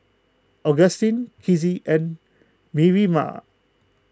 Agustin Kizzie and Miriah